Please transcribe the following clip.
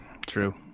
true